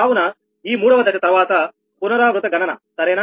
కాబట్టి ఈ మూడవ దశ తర్వాత పునరావృత గణన సరేనా